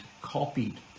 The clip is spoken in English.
copied